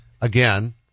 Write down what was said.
again